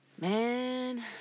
Man